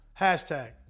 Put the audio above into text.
Hashtag